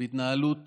בהתנהלות